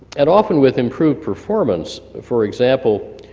and often with improved performance, for example,